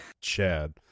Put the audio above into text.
chad